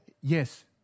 yes